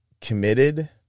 committed